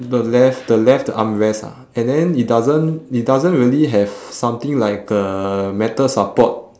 the left the left the armrest ah and then it doesn't it doesn't really have something like a metal support